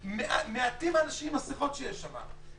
מעטים האנשים עם מסכות שיש שם.